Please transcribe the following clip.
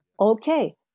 okay